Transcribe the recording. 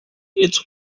its